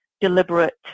deliberate